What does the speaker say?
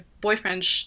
boyfriend